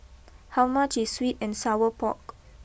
how much is sweet and Sour Pork